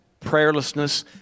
prayerlessness